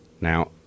Now